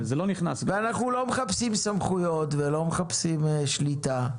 ואנחנו לא מחפשים סמכויות ולא מחפשים שליטה,